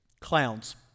Clowns